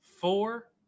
four